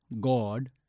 God